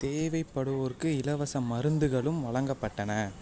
தேவைப்படுவோருக்கு இலவச மருந்துகளும் வழங்கப்பட்டன